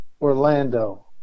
Orlando